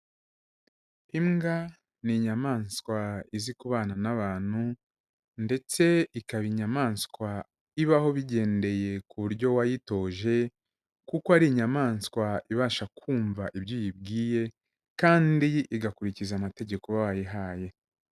Imbwa ni inyamaswa izi kubana n'abantu ndetse ikaba inyamaswa ibaho bigendeye ku buryo wayitoje kuko ari inyamaswa ibasha kumva ibyo uyibwiye kandi igakurikiza amategeko uba wayihaye.